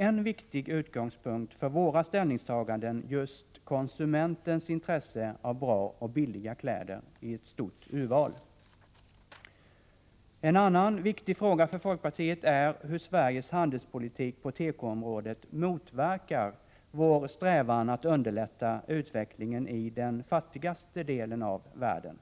en viktig utgångspunkt för folkpartiets ställningstaganden just är konsumentens intresse av bra och billiga kläder i ett stort urval. En annan väsentlig fråga för folkpartiet är hur Sveriges handelspolitik på tekoområdet motverkar vår strävan att underlätta utvecklingen i den fattigaste delen av världen.